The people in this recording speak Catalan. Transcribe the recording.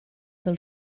del